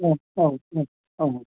औ औ औ औ